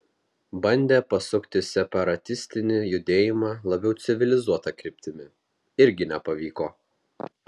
bandė pasukti separatistinį judėjimą labiau civilizuota kryptimi irgi nepavyko